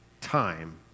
time